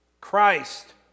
Christ